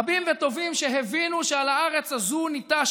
רבים וטובים שהבינו שעל הארץ הזו ניטש